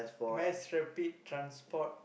mass rapid transport